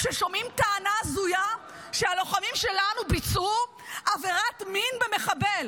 כששומעים טענה הזויה שהלוחמים שלנו ביצעו עבירת מין במחבל?